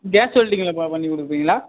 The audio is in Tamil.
கேஸ் வெல்டிங்கில் ப பண்ணிக் கொடுப்பீங்களா